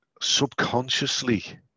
Subconsciously